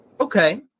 Okay